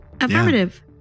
Affirmative